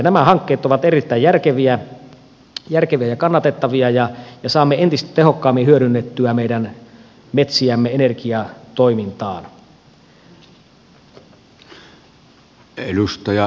nämä hankkeet ovat erittäin järkeviä ja kannatettavia ja saamme entistä tehokkaammin hyödynnettyä meidän metsiämme energiatoimintaan